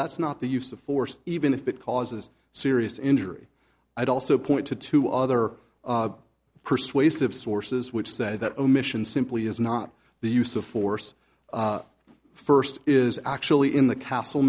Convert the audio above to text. that's not the use of force even if it causes serious injury i'd also point to two other persuasive sources which say that omission simply is not the use of force first is actually in the castle